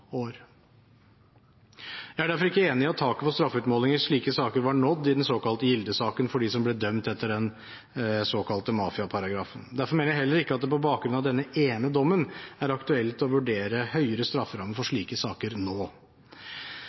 år. Jeg er derfor ikke enig i at taket for straffeutmåling i slike saker var nådd i den såkalte Gilde-saken for dem som ble dømt etter den såkalte mafiaparagrafen. Derfor mener jeg heller ikke at det på bakgrunn av denne ene dommen er aktuelt å vurdere høyere strafferamme for slike saker nå.